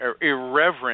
irreverent